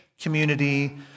community